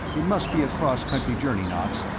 it must be a cross-country journey, knox.